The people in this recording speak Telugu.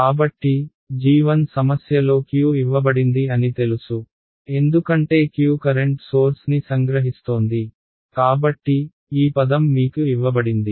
కాబట్టి g1 సమస్యలో Q ఇవ్వబడింది అని తెలుసు ఎందుకంటే Q కరెంట్ సోర్స్ ని సంగ్రహిస్తోంది కాబట్టి ఈ పదం మీకు ఇవ్వబడింది